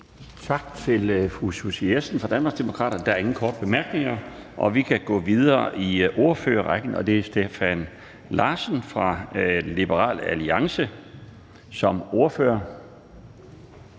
Tak til fru Lise Bech fra Danmarksdemokraterne. Der er ingen korte bemærkninger, så vi kan gå videre i ordførerrækken, og det er hr. Steffen Larsen fra Liberal Alliance som ordfører.